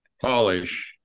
polish